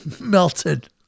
melted